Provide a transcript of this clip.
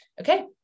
okay